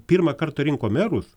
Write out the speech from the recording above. pirmą kartą rinko merus